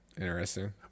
Interesting